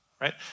right